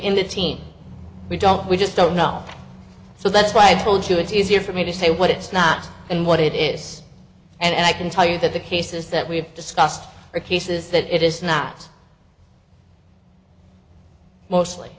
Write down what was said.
in the team we don't we just don't know so that's why i told you it's easier for me to say what it's not and what it is and i can tell you that the cases that we have discussed are cases that it is not mostly